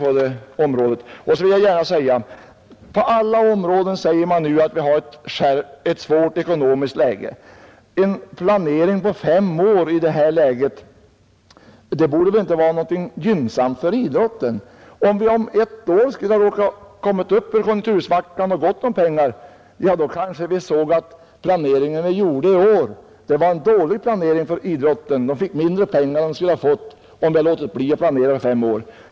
På alla områden säger man nu att vi har ett svårt ekonomiskt läge. En planering på fem år i denna situation borde väl inte vara någonting gynnsamt för idrotten. Om vi om ett år skulle ha råkat komma upp ur konjunktursvackan och ha gott om pengar, då kanske vi såg att planeringen som vi gjorde i år var en dålig planering för idrotten. Den fick mindre pengar än den skulle ha fått om vi hade låtit bli att planera för fem år.